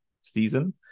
season